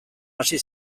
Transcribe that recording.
hasi